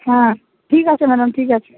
হ্যাঁ ঠিক আছে ম্যাডাম ঠিক আছে